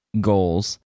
goals